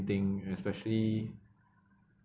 thing especially